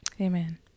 Amen